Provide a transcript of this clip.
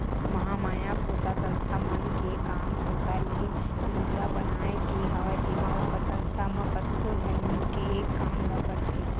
महामाया कोसा संस्था मन के काम कोसा ले लुगरा बनाए के हवय जेमा ओखर संस्था म कतको झन मिलके एक काम ल करथे